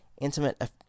intimate